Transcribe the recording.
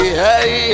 hey